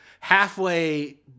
halfway